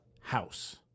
house